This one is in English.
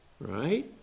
right